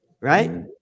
Right